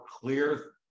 clear